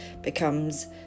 becomes